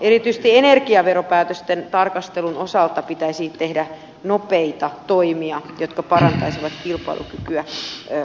erityisesti energiaveropäätösten tarkastelun osalta pitäisi tehdä nopeita toimia jotka parantaisivat kilpailukykyä huomattavasti